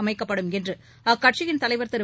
அமைக்கப்படும் என்று அக்கட்சியின் தலைவர் திரு